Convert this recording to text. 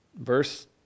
Verse